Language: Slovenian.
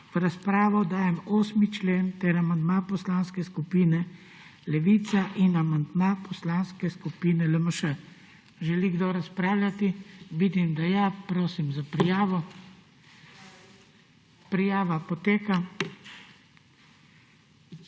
V razpravo dajem 8. člen ter amandma Poslanske skupne Levica in amandma Poslanske skupine LMŠ. Želi kdo razpravljati? Vidim, da želi. Prosim za prijavo. Nataša